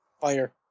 Fire